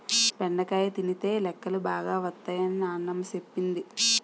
బెండకాయ తినితే లెక్కలు బాగా వత్తై అని నానమ్మ సెప్పింది